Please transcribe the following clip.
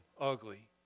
ugly